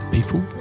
People